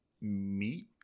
Meat